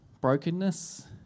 brokenness